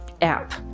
app